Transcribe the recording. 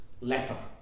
leper